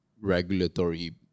regulatory